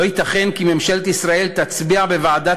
לא ייתכן שממשלת ישראל תצביע הן בוועדת